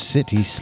City